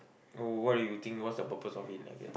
oh what do you think what's the purpose of it I get